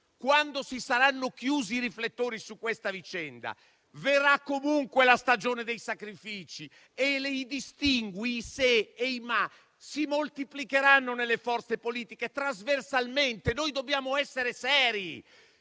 quando si saranno spenti i riflettori su questa vicenda, verrà comunque la stagione dei sacrifici e i distinguo, i se e i ma si moltiplicheranno trasversalmente nelle forze politiche. Noi dobbiamo essere seri!